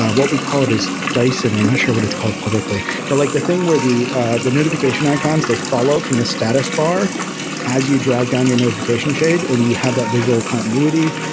what we call it is dice and i'm not sure what it's called publicly, but like the thing where the the notification icons, they follow from the status bar as you drag down your notification shade and you have that visual continuity,